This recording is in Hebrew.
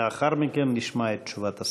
לאחר מכן נשמע את תשובת השר.